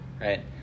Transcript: right